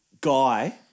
guy